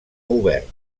obert